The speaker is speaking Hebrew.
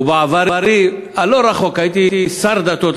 ובעברי הלא-רחוק הייתי שר הדתות,